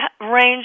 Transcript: range